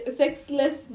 sexless